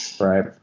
right